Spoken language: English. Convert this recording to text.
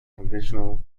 conventional